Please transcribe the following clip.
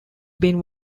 been